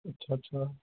अच्छा अच्छा